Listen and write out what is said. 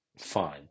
fine